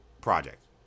project